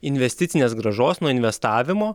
investicinės grąžos nuo investavimo